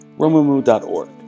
RomuMu.org